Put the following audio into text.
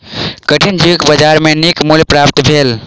कठिनी जीवक बजार में नीक मूल्य प्राप्त भेल